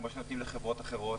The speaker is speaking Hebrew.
כמו שנותנים לחברות אחרות.